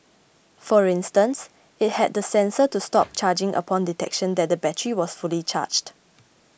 for instance it had a sensor to stop charging upon detection that the battery was fully charged